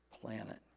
planet